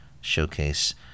showcase